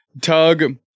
Tug